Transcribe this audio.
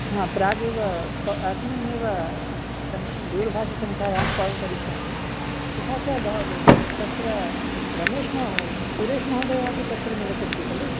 हा प्रागेव को अस्मिन्नेव सं दूरभाषासङ्ख्यायां काल् करिष्यामि तथा भव् तत्र रमेश् महो सुरेश् महोदय अपि तत्र निवसन्ति खलु